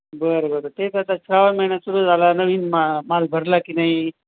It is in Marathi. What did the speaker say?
बरं बरं तेच आता श्रावण महिना सुरू झाला नवीन मा माल भरला की नाही